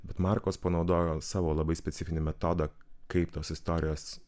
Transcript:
bet markos panaudojo savo labai specifinį metodą kaip tos istorijos